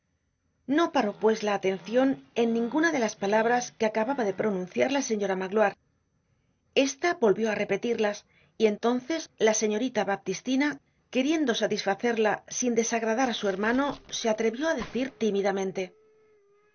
no paró pues la atencion en ninguna de las palabras que acababa de pronunciar la señora magloire esta volvió á repetirlas y entonces la señorita baptistina queriendo satisfacerla sin desagradar á su hermano se atrevió á decir tímidamente